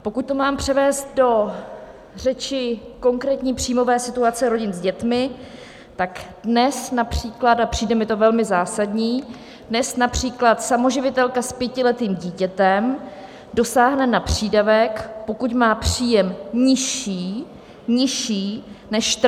Pokud to mám převést do řeči konkrétní příjmové situace rodin s dětmi, tak dnes například, a přijde mi to velmi zásadní, dnes například samoživitelka s pětiletým dítětem dosáhne na přídavek, pokud má příjem nižší nižší než 14 900 Kč.